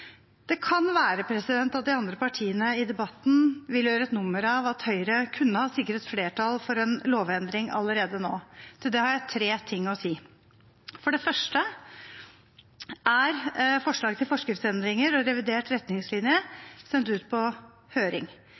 Det kan være at de andre partiene i debatten vil gjøre et nummer av at Høyre kunne ha sikret flertall for en lovendring allerede nå. Til det har jeg tre ting å si. For det første skal forslag til forskriftsendringer og revidert retningslinje sendes ut på høring,